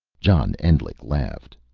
john endlich laughed.